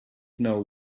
know